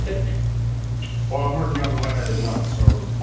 ah um working on the letter as well. so.